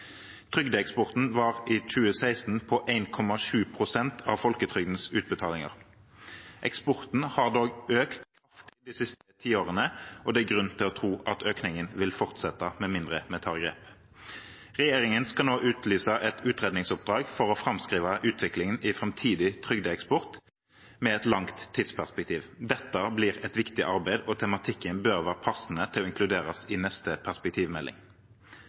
Trygdeeksporten var i 2016 på 1,7 pst. av folketrygdens utbetalinger. Eksporten har dog økt kraftig de siste tiårene, og det er grunn til å tro at økningen vil fortsette med mindre vi tar grep. Regjeringen skal nå utlyse et utredningsoppdrag for å framskrive utviklingen i framtidig trygdeeksport med et langt tidsperspektiv. Dette blir et viktig arbeid, og tematikken bør være passende til å inkluderes i neste perspektivmelding.